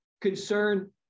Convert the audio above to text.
concern